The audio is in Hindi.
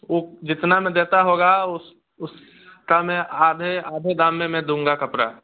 वह जितना में देता होगा उस उसका मैं आधे आधे दाम में मैं दूँगा कपड़ा